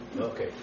Okay